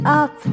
up